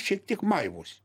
šiek tik maivosi